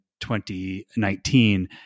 2019